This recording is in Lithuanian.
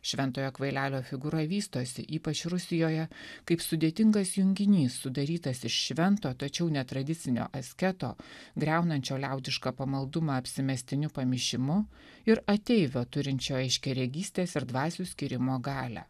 šventojo kvailelio figūra vystosi ypač rusijoje kaip sudėtingas junginys sudarytas iš švento tačiau netradicinio asketo griaunančio liaudišką pamaldumą apsimestiniu pamišimu ir ateivio turinčio aiškiaregystės ir dvasių skyrimo galią